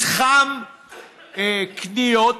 מתחם קניות